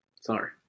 Sorry